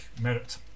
merit